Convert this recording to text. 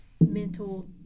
mental